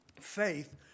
Faith